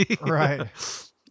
Right